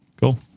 Cool